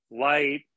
Light